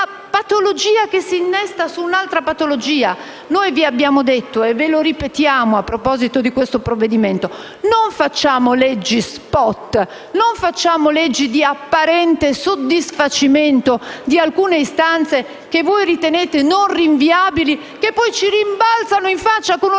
patologia che si innesta su un'altra patologia. Noi vi abbiamo detto e ve lo ripetiamo a proposito di questo provvedimento: non facciamo leggi *spot*, non facciamo leggi di apparente soddisfacimento di alcune istanze, che ritenete non rinviabili e che poi ci rimbalzano in faccia con una